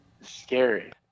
Scary